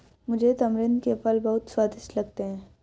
मुझे तमरिंद के फल बहुत स्वादिष्ट लगते हैं